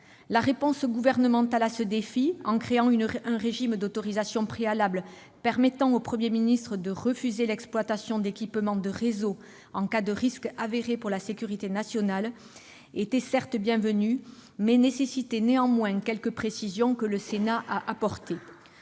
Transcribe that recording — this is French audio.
La réponse gouvernementale à ce défi, qui consiste à créer un régime d'autorisation préalable permettant au Premier ministre de refuser l'exploitation d'équipements de réseaux en cas de risque avéré pour la sécurité nationale, était certes bienvenue, mais nécessitait néanmoins quelques précisions que le Sénat a apportées.